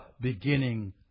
beginning